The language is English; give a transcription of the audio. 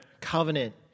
covenant